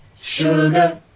sugar